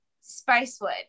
Spicewood